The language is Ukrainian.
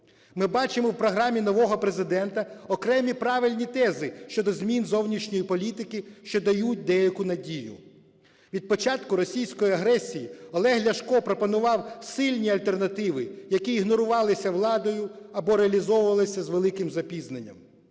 Ми бачимо в програмі нового Президента окремі правильні тези щодо змін зовнішньої політики, що дають деяку надію. Від початку російської агресії Олег Ляшко пропонував сильні альтернативи, які ігнорувалися владою або реалізовувалися з великим запізненням.